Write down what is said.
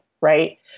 Right